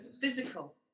physical